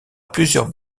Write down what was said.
plusieurs